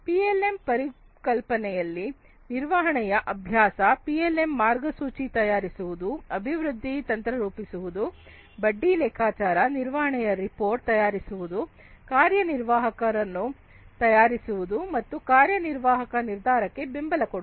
PLM ಪರಿಕಲ್ಪನೆಯಲ್ಲಿ ನಿರ್ವಹಣೆಯ ಅಭ್ಯಾಸ ಪಿಎಲ್ಎಂ ಮಾರ್ಗಸೂಚಿ ತಯಾರಿಸುವುದು ಅಭಿವೃದ್ಧಿ ತಂತ್ರ ರೂಪಿಸುವುದು ಬಡ್ಡಿ ಲೆಕ್ಕಾಚಾರ ನಿರ್ವಹಣೆಯ ರಿಪೋರ್ಟ್ ತಯಾರಿಸುವುದು ಕಾರ್ಯನಿರ್ವಾಹಕ ರನ್ನು ತಯಾರಿಸುವುದು ಮತ್ತು ಕಾರ್ಯನಿರ್ವಾಹಕ ನಿರ್ಧಾರಕ್ಕೆ ಬೆಂಬಲ ಕೊಡುವುದು